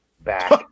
back